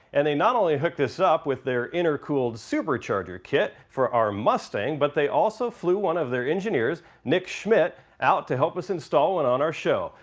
and they not only hooked us up with their intercooled supercharger kit for our mustang but they also flew one of their engineers, nick schmidt out to help us install one and on our show.